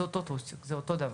זה אותו טוסיק, זה אותו דבר,